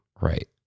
right